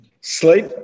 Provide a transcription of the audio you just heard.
Sleep